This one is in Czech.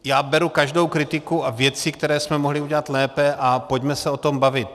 Já beru každou kritiku a věci, které jsme mohli udělat lépe, a pojďme se o tom bavit.